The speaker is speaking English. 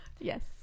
Yes